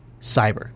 cyber